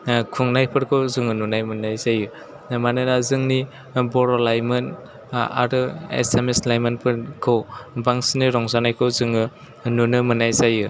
खुंनायफोरखौ जोङो नुनाय मोननाय जायो मानोना जोंनि बर' लाइमोन आरो एसामिस लाइमोनफोरखौ बांसिनै रंजानायखौ जोङो नुनो मोननाय जायो